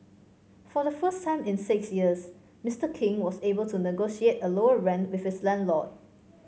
for the first time in six years Mister King was able to negotiate a lower rent with his landlord